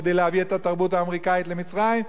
כדי להביא את התרבות האמריקנית למצרים,